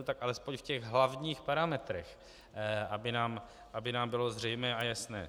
Tak alespoň v těch hlavních parametrech, aby nám bylo zřejmé a jasné.